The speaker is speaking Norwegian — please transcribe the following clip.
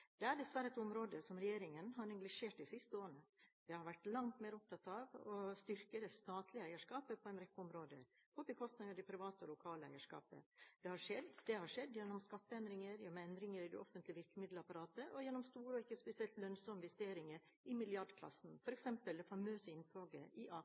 Det er dessverre et område som regjeringen har neglisjert de siste årene. Den har vært langt mer opptatt av å styrke det statlige eierskapet på en rekke områder, på bekostning av det private og lokale eierskapet. Det har skjedd gjennom skatteendringer, gjennom endringer i det offentlige virkemiddelapparatet og gjennom store – men ikke spesielt lønnsomme – investeringer i milliardklassen, som f.eks. det famøse inntoget i Aker.